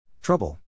Trouble